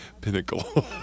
pinnacle